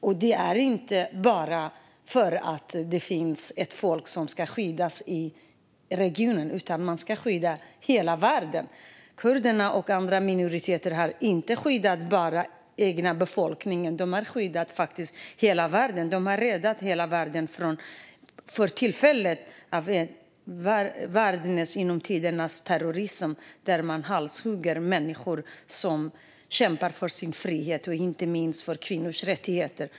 Det handlar inte bara om att ett folk ska skyddas i regionen utan om att skydda hela världen. Kurderna och andra minoriteter har inte skyddat bara den egna befolkningen utan faktiskt hela världen. De har, för tillfället, räddat hela världen från den genom tiderna värsta terrorismen, där man halshugger människor som kämpar för sin frihet och inte minst för kvinnors rättigheter.